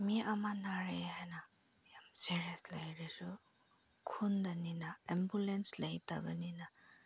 ꯃꯤ ꯑꯃ ꯅꯥꯔꯦ ꯍꯥꯏꯅ ꯌꯥꯝ ꯁꯦꯔꯦꯁ ꯂꯩꯔꯁꯨ ꯈꯨꯟꯗꯅꯤꯅ ꯑꯦꯝꯕꯨꯂꯦꯟꯁ ꯂꯩꯇꯕꯅꯤꯅ